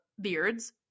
beards